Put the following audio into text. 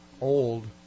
Old